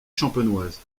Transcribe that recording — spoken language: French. champenoise